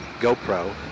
GoPro